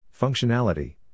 Functionality